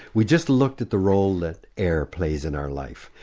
we just looked at the role that air plays in our life,